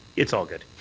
it's all good.